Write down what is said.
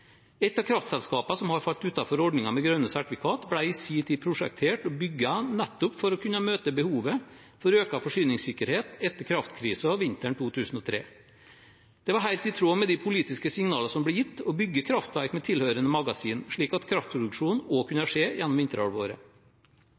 av kraftselskapene som har falt utenfor ordningen med grønne sertifikater, ble i sin tid prosjektert og bygd nettopp for å kunne møte behovet for økt forsyningssikkerhet etter kraftkrisen vinteren 2003. Det var helt i tråd med de politiske signalene som ble gitt om å bygge kraftverk med tilhørende magasin, slik at kraftproduksjon også kunne skje gjennom